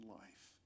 life